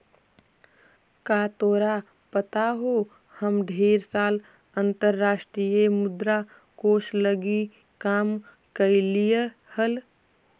का तोरा पता हो हम ढेर साल अंतर्राष्ट्रीय मुद्रा कोश लागी काम कयलीअई हल